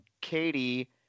katie